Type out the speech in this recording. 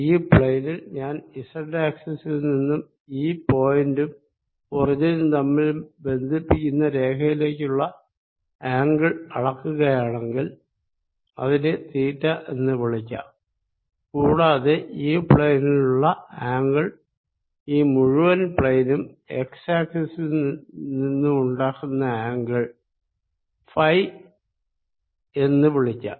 ഈ പ്ളേനിൽ ഞാൻ z ആക്സിസിൽ നിന്നും ഈ പോയിന്റും ഒറിജിനും ബന്ധിപ്പിക്കുന്ന രേഖയിലേക്കുള്ള ആംഗിൾ അളക്കുകയാണെന്കിൽ അതിനെ തീറ്റ എന്ന് വിളിക്കാം കൂടാതെ ഈ പ്ളേനിലുള്ള ആംഗിൾ ഈ മുഴുവൻ പ്ളേനും x ആക്സിസിൽ നിന്നും ഉണ്ടാക്കുന്ന ആംഗിൾ ഫൈ എന്ന് വിളിക്കാം